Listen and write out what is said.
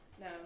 No